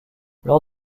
lors